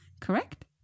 Correct